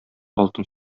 алтын